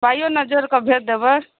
पाइओ ने जोरि कऽ भेज देबै